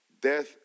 Death